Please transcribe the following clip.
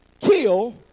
kill